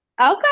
Okay